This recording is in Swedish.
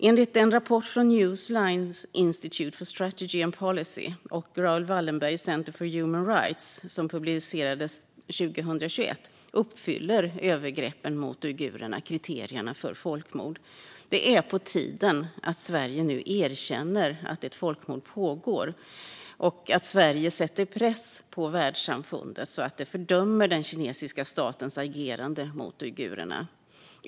Enligt en rapport från Newlines Institute for Strategy and Policy och Raoul Wallenberg Centre for Human Rights, som publicerades 2021, uppfyller övergreppen mot uigurerna kriterierna för folkmord. Det är på tiden att Sverige nu erkänner att ett folkmord pågår och sätter press på världssamfundet, så att det fördömer den kinesiska statens agerande mot uigurerna.